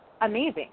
amazing